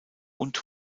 und